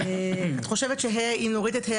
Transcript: את חושבת שצריך להוריד את ה'